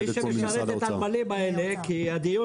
מי שמשרת את הנמלים האלה כי הדיון